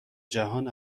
جهان